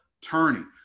turning